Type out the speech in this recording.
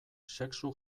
sexu